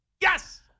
Yes